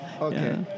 Okay